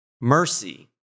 Mercy